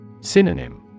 Synonym